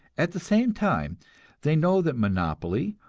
at the same time they know that monopoly,